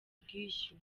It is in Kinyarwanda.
ubwishyu